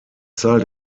zahl